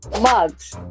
mugs